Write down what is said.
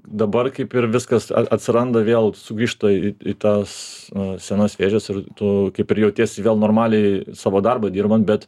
dabar kaip ir viskas at atsiranda vėl sugrįžta į į tas senas vėžes ir tu kaip ir jautiesi vėl normaliai savo darbą dirbant bet